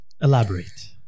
elaborate